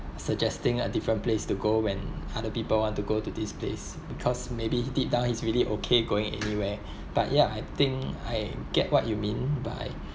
suggesting a different place to go when other people want to go to this place because maybe deep down he's really okay going anywhere but ya I think I get what you mean by